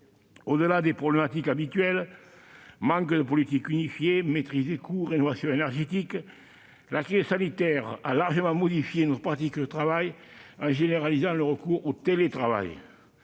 Au-delà des problématiques habituelles, comme le manque de politique unifiée, la maîtrise des coûts ou la rénovation énergétique, la crise sanitaire a largement modifié nos pratiques en généralisant le recours au télétravail.